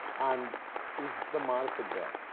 and is the market there?